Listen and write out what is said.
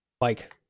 Mike